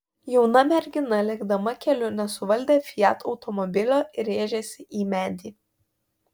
jauna mergina lėkdama keliu nesuvaldė fiat automobilio ir rėžėsi į medį